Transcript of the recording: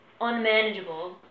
unmanageable